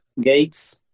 gates